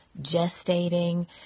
gestating